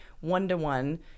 one-to-one